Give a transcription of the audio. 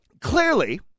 clearly